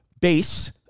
base